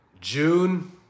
June